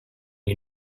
you